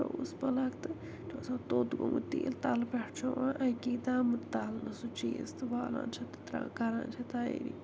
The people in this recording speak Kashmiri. ترٛووُس پُلگ تہٕ یہِ چھُ آسان توٚت گوٚمُت تیٖل تہٕ تَلہٕ پٮ۪ٹھٕ چھُ یِوان اکی آمُت تَلنہٕ سُہ چیٖز تہٕ والان چھِ تہٕ کَران چھِ تیٲری